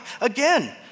Again